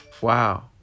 wow